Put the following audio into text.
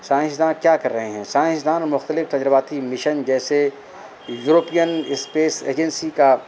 سائنسدان کیا کر رہے ہیں سائنسدان مختلف تجرباتی مشن جیسے یوروپین اسپیس ایجنسی کا